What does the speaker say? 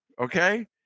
Okay